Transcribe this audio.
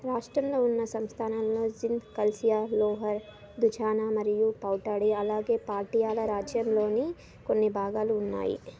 రాష్ట్రంలో ఉన్న సంస్థానాలలో జింద్ కల్సియా లోహార్ దుజానా మరియు పౌటాడి అలాగే పాటియాలా రాజ్యంలోని కొన్ని భాగాలు ఉన్నాయి